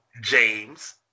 James